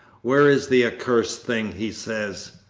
where is the accursed thing, he says.